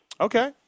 Okay